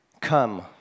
Come